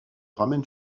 ramène